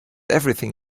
everything